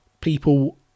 people